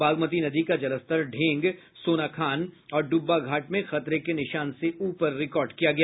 बागमती नदी का जलस्तर ढेंग सोनाखान और डुब्बाघाट में खतरे के निशान से ऊपर रिकार्ड किया गया